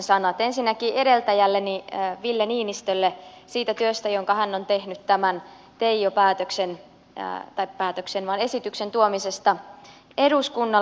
ensinnäkin edeltäjälleni ville niinistölle siitä työstä jonka hän on tehnyt tämän teijo päätöksen ja että päätöksen maan esityksen tuomisesta eduskunnalle